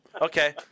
Okay